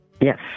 Yes